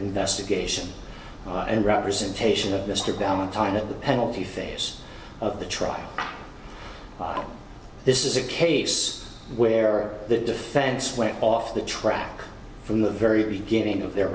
investigation and representation of mr valentine at the penalty phase of the trial this is a case where the defense went off the track from the very beginning of their